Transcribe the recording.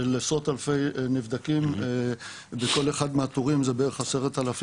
של עשרות אלפי נבדקים בכל אחד מהתורים זה בערך 10,000